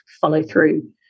follow-through